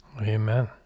Amen